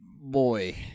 boy